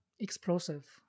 Explosive